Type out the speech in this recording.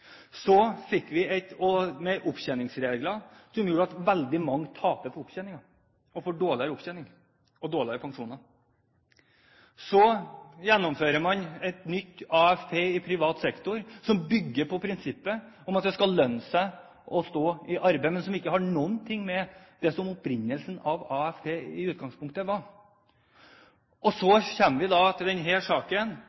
Så gjennomfører man et nytt AFP i privat sektor som bygger på prinsippet om at det skal lønne seg å stå i arbeid, men som ikke har noen ting å gjøre med det som var opprinnelsen til AFP. Så kommer vi da til denne saken, der vi behandler offentlige tjenestepensjoner og AFP i